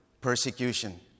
persecution